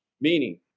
meaning